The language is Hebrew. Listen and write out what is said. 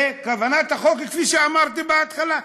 וכוונת החוק היא כפי שאמרתי בהתחלה,